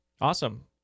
awesome